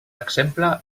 exemple